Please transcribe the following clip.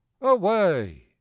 away